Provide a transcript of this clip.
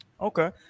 Okay